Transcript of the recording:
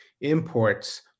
imports